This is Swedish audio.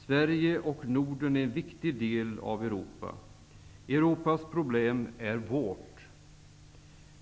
Sverige och övriga Norden är viktiga delar av Europa. Europas problem är vårt.